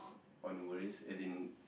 on worries as in